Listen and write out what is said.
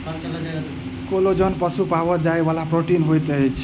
collagen पशु में पाओल जाइ वाला प्रोटीन होइत अछि